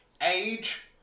age